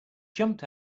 jumped